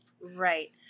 Right